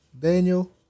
Daniel